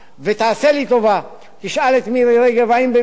ותעשה לי טובה: תשאל את מירי רגב אם במקרה